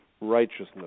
righteousness